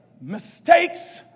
Mistakes